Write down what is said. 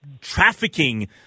trafficking